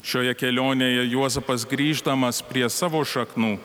šioje kelionėje juozapas grįždamas prie savo šaknų